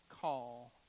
call